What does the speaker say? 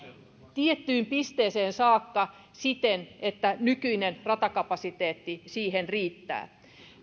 tiettyyn pisteeseen saakka siten että nykyinen ratakapasiteetti siihen riittää